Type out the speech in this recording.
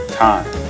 time